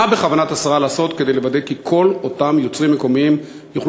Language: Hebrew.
מה בכוונת השרה לעשות כדי לוודא כי כל אותם יוצרים מקומיים יוכלו